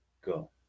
go